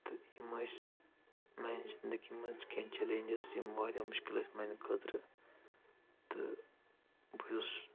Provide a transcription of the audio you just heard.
تہٕ یِم ٲسۍ میانہِ زندگی منٛز کینٛہہ چیلینجٕز یِم واریاہ مُشکل ٲسۍ میانہِ خٲطرٕ تہٕ بہٕ چھُس